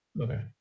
Okay